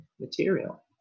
material